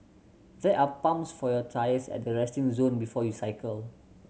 there are pumps for your tyres at the resting zone before you cycle